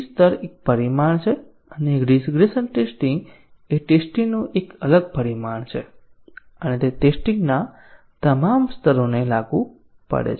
સ્તર એક પરિમાણ છે અને રીગ્રેસન ટેસ્ટીંગ એ ટેસ્ટીંગ નું એક અલગ પરિમાણ છે અને તે ટેસ્ટીંગ ના તમામ સ્તરોને લાગુ પડે છે